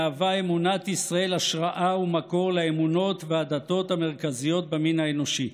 מהווה אמונת ישראל השראה ומקור לאמונות והדתות המרכזיות במין האנושי.